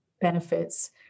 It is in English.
benefits